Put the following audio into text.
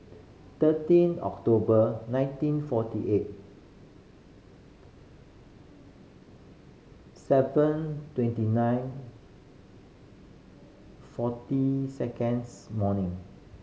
thirteen October nineteen forty eight seven twenty nine forty seconds morning